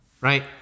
right